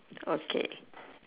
okay